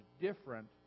different